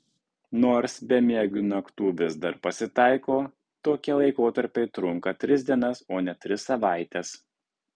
nors bemiegių naktų vis dar pasitaiko tokie laikotarpiai trunka tris dienas o ne tris savaites